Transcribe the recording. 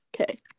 Okay